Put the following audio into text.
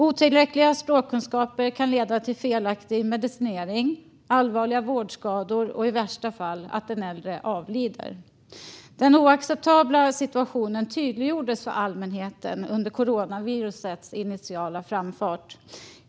Otillräckliga språkkunskaper kan leda till felaktig medicinering, allvarliga vårdskador och i värsta fall att den äldre avlider. Den oacceptabla situationen tydliggjordes för allmänheten under coronavirusets initiala framfart.